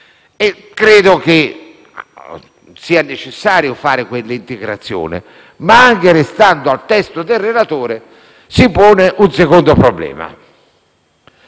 Ritengo necessario fare quell'integrazione, ma, anche restando al testo del relatore, si pone un secondo problema.